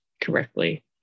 correctly